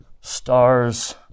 stars